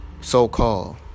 So-called